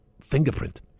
fingerprint